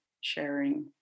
sharing